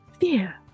fear